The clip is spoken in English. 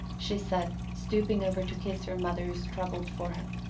she said, stooping over to kiss her mother's troubled forehead.